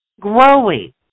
Growing